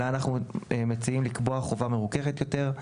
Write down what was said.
אלא אנחנו מציעים לקבוע חובה מרוככת יותר,